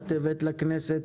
את הבאת לכנסת